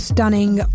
Stunning